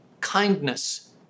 kindness